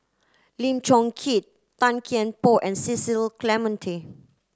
Lim Chong Keat Tan Kian Por and Cecil Clementi